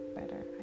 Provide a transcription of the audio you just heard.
better